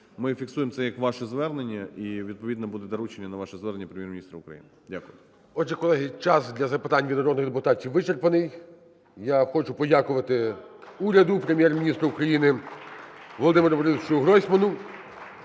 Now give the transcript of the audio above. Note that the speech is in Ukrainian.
Ми фіксуємо це як ваше звернення, і відповідно буде доручення на ваше зверненняПрем?єр-міністра України. Дякую. ГОЛОВУЮЧИЙ. Отже, колеги, час для запитань від народних депутатів вичерпаний. Я хочу подякувати уряду, Прем'єр-міністру України – Володимиру БорисовичуГройсману